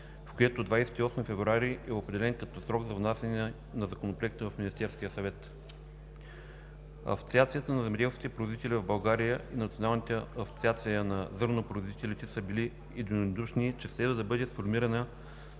в което 28 февруари е определен като срок за внасяне на Законопроекта в Министерския съвет. Асоциацията на земеделските производители в България и Националната асоциация на зърнопроизводителите са били единодушни, че следва да бъде сформирана